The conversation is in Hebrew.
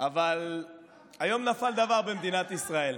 אבל היום נפל דבר במדינת ישראל,